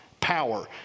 power